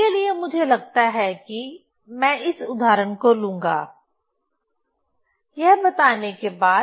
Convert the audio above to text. इन के लिए मुझे लगता है कि मैं इस उदाहरण को लूंगा यह बताने के बाद